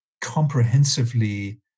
comprehensively